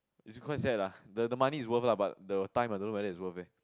which is quite sad lah the the money is worth lah but the time I don't know whether it's worth eh